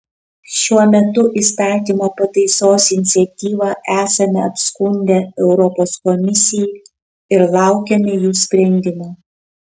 šiuo metu įstatymo pataisos iniciatyvą esame apskundę europos komisijai ir laukiame jų sprendimo